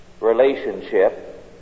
relationship